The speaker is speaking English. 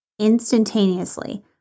instantaneously